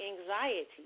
anxiety